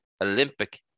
Olympic